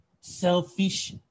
selfish